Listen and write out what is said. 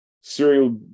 serial